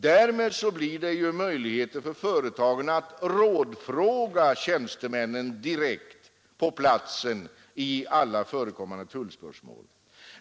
Därmed blir det ju möjligheter för företagen att rådfråga tjänstemännen direkt på platsen i alla förekommande tullspörsmål.